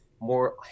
more